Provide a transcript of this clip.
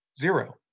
zero